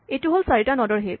এইটো হ'ল চাৰিটা নড ৰ হিপ